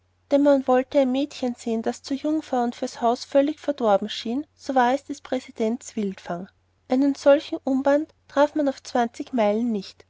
denn wollte man ein mädchen sehen das zur jungfrau und fürs haus völlig verdorben schien so war es präsidents wildfang einen solchen unband traf man auf zwanzig meilen nicht